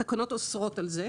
התקנות אוסרות על כך,